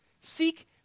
Seek